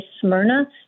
Smyrna